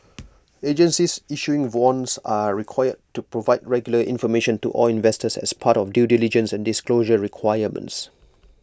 agencies issuing bonds are required to provide regular information to all investors as part of due diligence and disclosure requirements